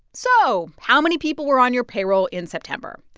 so how many people were on your payroll in september?